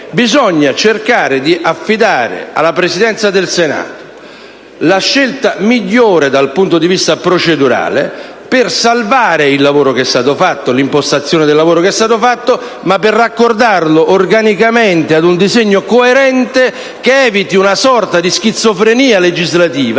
bisogna cercare di affidare alla Presidenza del Senato la scelta migliore, dal punto di vista procedurale, per salvare l'impostazione del lavoro che è già stato svolto e raccordarlo organicamente ad un disegno coerente che eviti una sorta di schizofrenia legislativa.